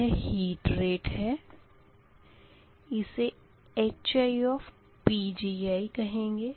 यह heat rate है इसे HiPgi कहेंगे